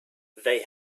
they